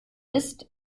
ist